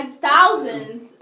thousands